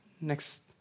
next